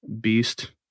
beast